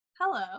hello